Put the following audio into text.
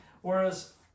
Whereas